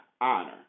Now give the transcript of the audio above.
honor